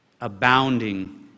abounding